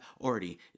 already